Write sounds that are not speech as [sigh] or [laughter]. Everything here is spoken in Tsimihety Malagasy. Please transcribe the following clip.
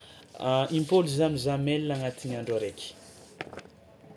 [hesitation] Impôlo za mizaha mail agnatin'ny andro araiky. [noise]